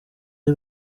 ari